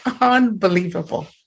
unbelievable